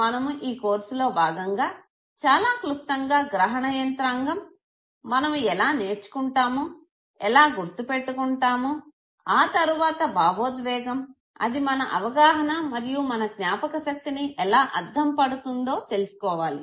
మనము ఈ కోర్సులో భాగంగా చాలా క్లుప్తంగా గ్రహణ యంత్రాంగం మనము ఎలా నేర్చుకుంటాము ఎలా గుర్తు పెట్టుకుంటాము ఆ తరువాత భావోద్వేగం అది మన అవగాహన మరియు మన జ్ఞాపక శక్తిని ఎలా అద్దం పడుతుందో తెలుసుకోవాలి